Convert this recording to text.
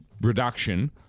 reduction